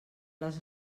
les